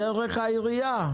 דרך העירייה.